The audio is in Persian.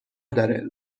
داره